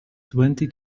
twenty